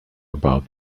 about